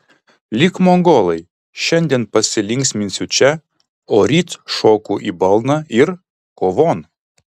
lyg mongolai šiandien pasilinksminsiu čia o ryt šoku į balną ir kovon